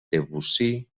debussy